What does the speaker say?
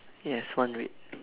yes one red